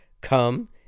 come